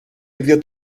ίδιο